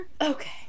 Okay